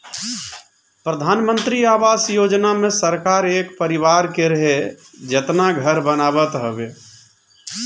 प्रधानमंत्री आवास योजना मे सरकार एक परिवार के रहे जेतना घर बनावत हवे